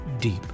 deep